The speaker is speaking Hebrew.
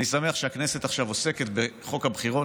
אני שמח שהכנסת עוסקת עכשיו בחוק הבחירות